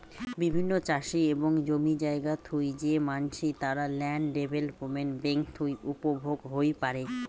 বিভিন্ন চাষি এবং জমি জায়গা থুই যে মানসি, তারা ল্যান্ড ডেভেলপমেন্ট বেঙ্ক থুই উপভোগ হই পারে